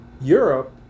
Europe